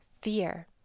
fear